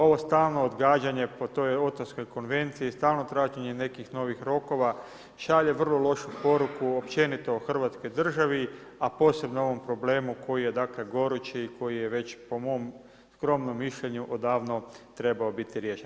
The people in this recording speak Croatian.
Ovo stalno odgađanje po toj Otavskoj konvenciji i stalno traženje nekih novih rokova šalje vrlo lošu poruku općenito o Hrvatskoj državi, a posebno o ovom problemu koji je gorući i koji je već po mom skromnom mišljenju odavno trebao biti riješen.